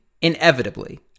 inevitably